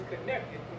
connected